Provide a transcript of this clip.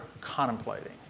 contemplating